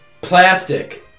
plastic